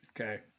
Okay